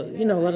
you know